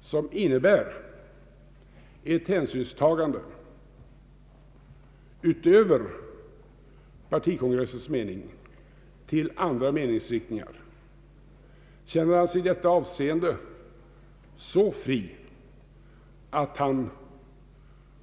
som innebär ett hänsynstagande — utöver partikongressens mening — till andra meningsriktningar säga att han i detta avseende känner sig fri?